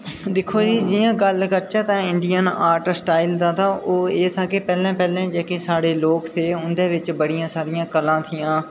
दिक्खो जी जि'यां गल्ल करचै तां इंडियन आर्ट स्टाईल दा तां ओह् एह् था की पैह्लें पैह्लें जेह्ड़े साढ़े लोक थे उं'दे बिच बड़ी सारी कलां हियां